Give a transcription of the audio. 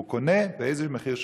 הוא קונה באיזה מחיר שרוצים.